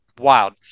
wild